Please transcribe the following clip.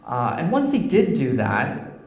and once he did do that,